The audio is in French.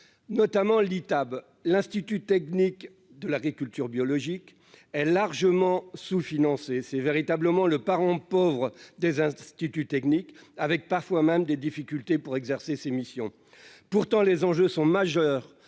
notamment tab l'Institut technique de l'agriculture biologique est largement sous-financé, c'est véritablement le parent pauvre des instituts techniques avec parfois même des difficultés pour exercer ses missions pourtant les enjeux sont majeurs